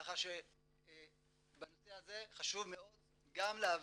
כך שבנושא הזה חשוב מאוד גם להעביר,